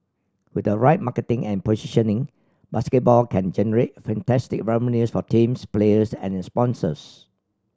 with the right marketing and positioning basketball can generate fantastic revenues for teams players and sponsors